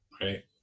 right